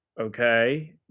okay